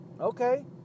Okay